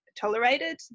tolerated